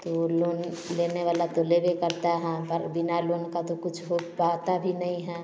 तो लोन लेने वाला तो लेता हैं पर बिना लोन का तो कुछ हो पता भी नहीं हैं